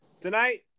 tonight